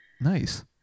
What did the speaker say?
Nice